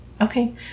Okay